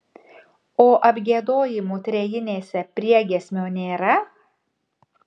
o apgiedojimų trejinėse priegiesmio nėra